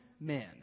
men